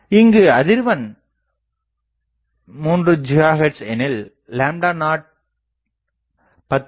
இங்கு அதிர்வெண் 3 GHz எனில் 0 10 செ